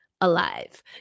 alive